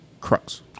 crux